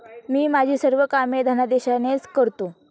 मी माझी सर्व कामे धनादेशानेच करतो